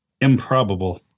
Improbable